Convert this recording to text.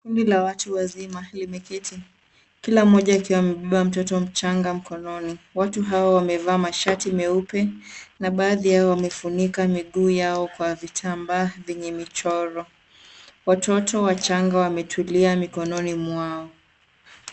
Kundi la watu wazima limeketi kila mmoja akiwa amebeba mtoto mchanga mkononi. Watu hawa wamevaa mashati meupe na baadhi yao wamefunika miguu yao kwa vitambaa vyenye michoro. Watoto wachanga wametulia mikononi mwao.